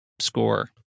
score